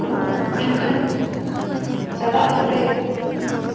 ᱢᱮᱱᱠᱷᱟᱱ ᱪᱟᱞᱟᱜ ᱦᱚᱨ ᱨᱮ